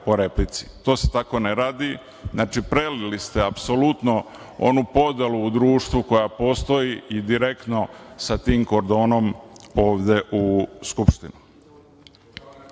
To se tako ne radi. Znači, prelili ste apsolutno onu podelu u društvu koja postoji i direktno sa tim kordonom ovde u Skupštini. Ono